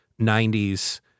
90s